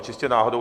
Čistě náhodou.